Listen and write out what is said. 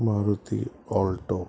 Maruti alto